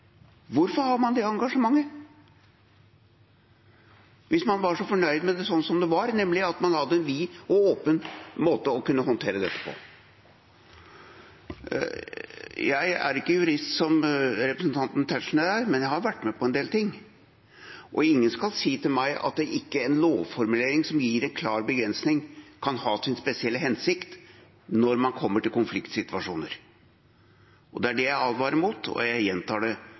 Hvorfor har man det engasjementet – hvis man var så fornøyd med det sånn som det var, nemlig at man hadde en vid og åpen måte å kunne håndtere dette på? Jeg er ikke jurist, som representanten Tetzschner er, men jeg har vært med på en del ting. Og ingen skal si til meg at ikke en lovformulering som gir en klar begrensning, kan ha sin spesielle hensikt når man kommer til konfliktsituasjoner. Det er det jeg advarer mot, og jeg gjentar det